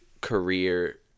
career